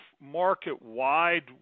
market-wide